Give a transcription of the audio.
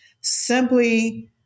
simply